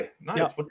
Nice